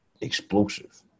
explosive